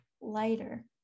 Lighter